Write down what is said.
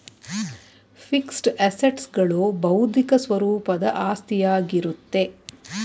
fixed assets ಗಳು ಬೌದ್ಧಿಕ ಸ್ವರೂಪದ ಆಸ್ತಿಯಾಗಿರುತ್ತೆ